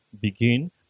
begin